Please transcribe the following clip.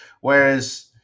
Whereas